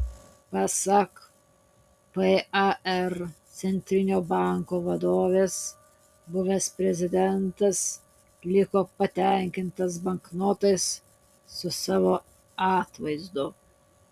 pasak par centrinio banko vadovės buvęs prezidentas liko patenkintas banknotais su savo atvaizdu